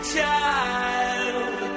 child